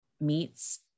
meets